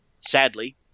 Sadly